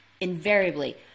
invariably